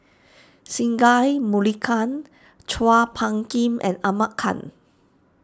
Singai Mukilan Chua Phung Kim and Ahmad Khan